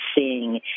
seeing